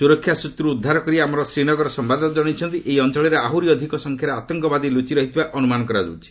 ସୁରକ୍ଷା ସ୍ୱତ୍ରରୁ ଉଦ୍ଧାର କରି ଆମ ଶ୍ରୀନଗର ସମ୍ଭାଦଦାତା ଜଣାଇଛନ୍ତି ଏହି ଅଞ୍ଚଳରେ ଆହୁରି ଅଧିକ ସଂଖ୍ୟାରେ ଆତଙ୍କବାଦୀ ଲୁଚି ରହିଥିବା ଅନ୍ତମାନ କରାଯାଉଛି